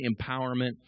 empowerment